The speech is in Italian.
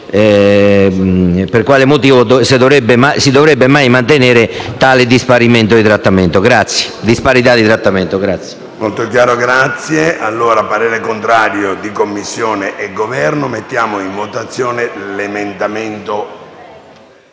per quale motivo si dovrebbe mantenere tale disparità di trattamento.